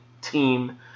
team